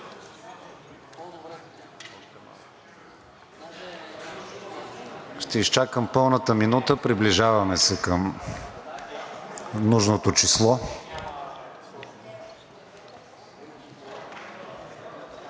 Ще изчакам пълната минута – приближаваме се към нужното число.